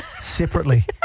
separately